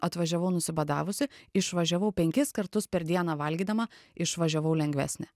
atvažiavau nusibadavusi išvažiavau penkis kartus per dieną valgydama išvažiavau lengvesnė